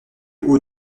hauts